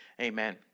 Amen